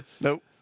Nope